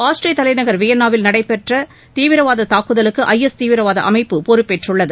Austria தலைநகர் வியான்னாவில் நடைபெற்ற தீவிரவாத தாக்குதலுக்கு ஐ எஸ் தீவிரவாத அமைப்பு பொறுப்பேற்றுள்ளது